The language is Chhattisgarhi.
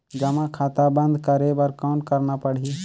जमा खाता बंद करे बर कौन करना पड़ही?